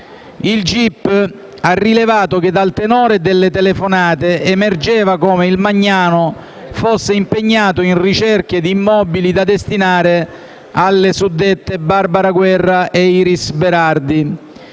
Il gip ha rilevato che, dal tenore delle telefonate, emergeva come il Magnano fosse impegnato in ricerche di immobili da destinare alle suddette Barbara Guerra e Iris Berardi.